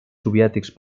soviètics